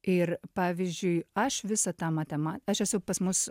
ir pavyzdžiui aš visą tą matema aš esu pas mus